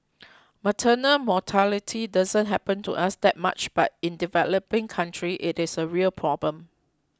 maternal mortality doesn't happen to us that much but in developing countries it is a real problem